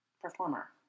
performer